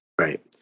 right